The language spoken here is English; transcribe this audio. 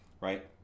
right